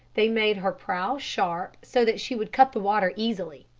they made her prow sharp so that she would cut the water easily.